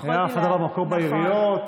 הייתה החזרה למקור בעיריות,